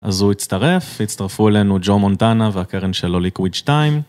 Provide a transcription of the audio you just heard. אז הוא הצטרף, הצטרפו אלינו ג'ו מונטאנה והקרן שלו ליקוויץ' טיים.